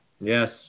Yes